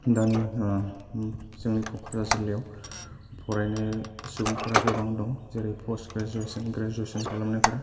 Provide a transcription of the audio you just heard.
दानि जोंनि क'क्राझार जिल्लायाव फरायनाय सुबुंफोरा गोबां दं जेरै पस्त ग्रेजुवेशन ग्रेजुवेशन खालामनायफोर